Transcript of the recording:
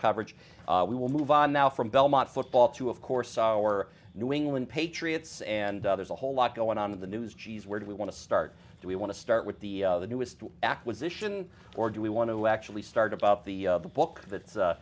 coverage we will move on now from belmont football to of course our new england patriots and there's a whole lot going on in the news geez where do we want to start so we want to start with the the newest acquisition or do we want to actually start about the book that